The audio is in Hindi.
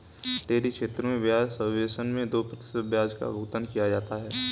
डेयरी क्षेत्र के ब्याज सबवेसन मैं दो प्रतिशत ब्याज का भुगतान किया जाता है